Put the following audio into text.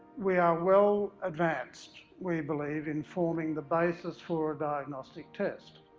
we are well advanced, we believe, in forming the basis for a diagnostic test